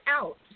out